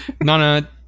Nana